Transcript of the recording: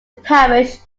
parish